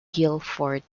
guilford